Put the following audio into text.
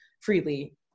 freely